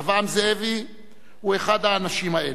רחבעם זאבי הוא אחד האנשים האלו.